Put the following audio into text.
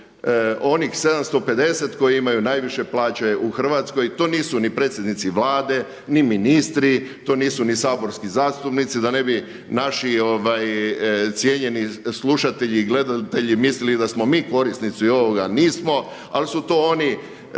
onih 750 koji imaju najviše plaće u Hrvatskoj. To nisu niti predsjednici Vlade, ni ministri, to nisu ni saborski zastupnici da ne bi naši cijenjeni slušatelji i gledatelji mislili da smo mi korisnici ovoga. Nismo. Ali su to oni top